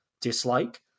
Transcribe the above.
dislike